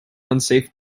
unsafe